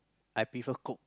I prefer coke